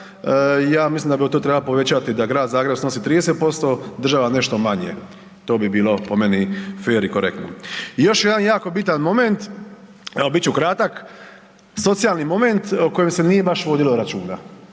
ja mislim da bi to trebalo povećati da Grad Zagreb snosi 30%, država nešto manje. To bi bilo po meni fer i korektno. I još jedan jako bitan moment, evo bit ću kratak, socijalni moment o kojem se nije baš vodilo računa,